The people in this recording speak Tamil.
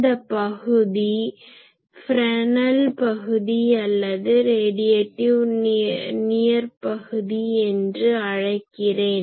இந்த பகுதி ஃப்ரெஸ்னல் பகுதி அல்லது ரேடியேட்டிவ் நியர் ஃபீல்ட் பகுதி என்று அழைக்கிறேன்